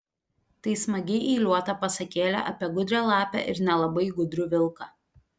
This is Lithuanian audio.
tai smagiai eiliuota pasakėlė apie gudrią lapę ir nelabai gudrų vilką